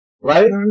Right